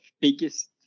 biggest